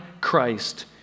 Christ